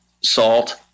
salt